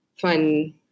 fun